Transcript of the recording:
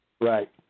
Right